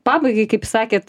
pabaigai kaip sakėt